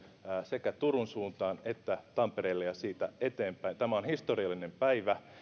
sekä turun suuntaan että tampereelle ja siitä eteenpäin tämä on historiallinen päivä